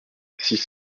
six